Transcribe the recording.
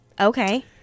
Okay